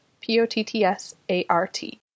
P-O-T-T-S-A-R-T